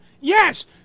Yes